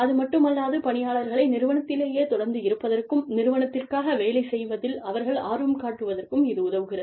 அதுமட்டுமல்லாது பணியாளர்கள் நிறுவனத்திலேயே தொடர்ந்து இருப்பதற்கும் நிறுவனத்திற்காக வேலை செய்வதில் அவர்கள் ஆர்வம் காட்டுவதற்கும் இது உதவுகிறது